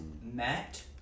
met